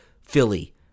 Philly